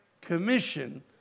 commission